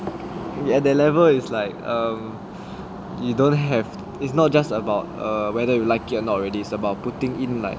at that level is like um you don't have it's not just about err whether you like it or not already is about putting in like